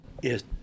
Yes